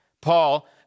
Paul